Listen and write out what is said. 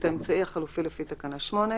את האמצעי החלופי לפי תקנה 8,